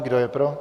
Kdo je pro?